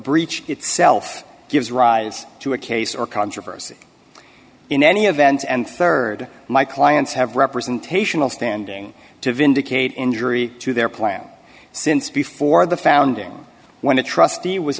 breach itself gives rise to a case or controversy in any event and rd my clients have representational standing to vindicate injury to their plan since before the founding when the trustee was